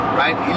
right